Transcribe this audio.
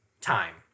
time